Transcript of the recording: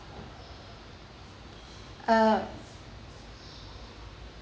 uh